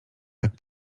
tak